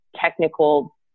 technical